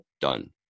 done